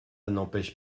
n’empêche